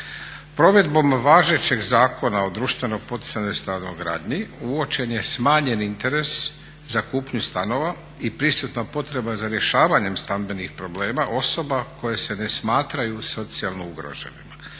Provedbom važećeg Zakona o društveno poticajnoj stanogradnji uočen je smanjen interes za kupnju stanova i prisutna potreba za rješavanje stambenih problema osoba koje se ne smatraju socijalno ugroženima.